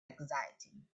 exciting